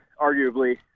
arguably